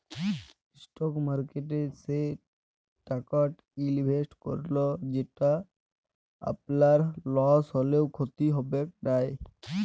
stock মার্কেটে সে টাকাট ইলভেসেট করুল যেট আপলার লস হ্যলেও খ্যতি হবেক লায়